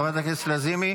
חברת הכנסת לזימי,